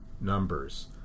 numbers